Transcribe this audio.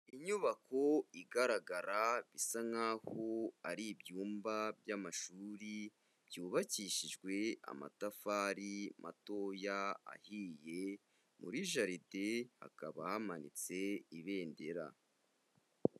Inyubako igaragara bisa nk'aho ari ibyumba by'amashuri byubakishijwe amatafari matoya ahiye, muri jaride hakaba hamanitse ibendera.